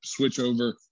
switchover